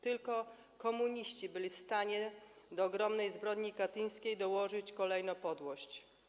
Tylko komuniści byli w stanie do ogromnej zbrodni katyńskiej dołożyć kolejną podłość.